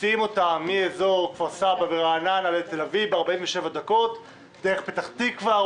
מסיעים אותם מאזור כפר סבא ורעננה לתל אביב ב-47 דקות דרך פתח תקווה,